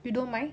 you don't mind